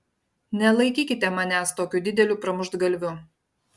nelaikykite manęs tokiu dideliu pramuštgalviu